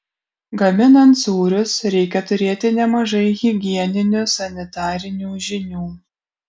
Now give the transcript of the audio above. gaminant sūrius reikia turėti nemažai higieninių sanitarinių žinių